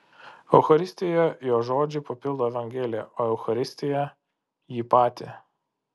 eucharistijoje jo žodžiai papildo evangeliją o eucharistija jį patį